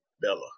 Bella